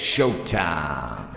Showtime